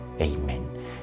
Amen